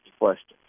questions